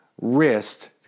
wrist